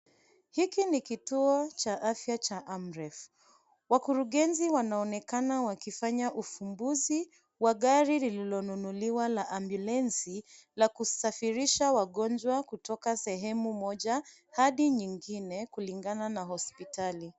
Hiki ni kituo cha afya cha AMREF. Wakurugenzi wanaonekana wakifanya uvumbuzi wa gari lililonunuliwa la ambulensi la kusafirisha wagonjwa kutoka sehemu moja hadi nyingine kulingana na hosipitali.